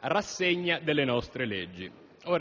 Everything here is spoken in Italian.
rassegna delle nostre leggi. Ora,